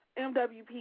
MWP